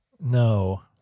No